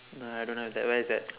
no I don't have that where is that